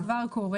זה כבר קורה.